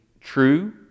true